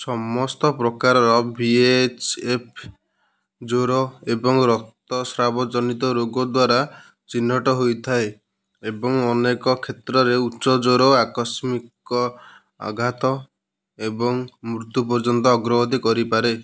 ସମସ୍ତ ପ୍ରକାରର V H F ଜ୍ୱର ଏବଂ ରକ୍ତସ୍ରାବ ଜନିତ ରୋଗ ଦ୍ୱାରା ଚିହ୍ନଟ ହୋଇଥାଏ ଏବଂ ଅନେକ କ୍ଷେତ୍ରରେ ଉଚ୍ଚ ଜ୍ୱର ଆକସ୍ମିକ ଆଘାତ ଏବଂ ମୃତ୍ୟୁ ପର୍ଯ୍ୟନ୍ତ ଅଗ୍ରଗତି କରିପାରେ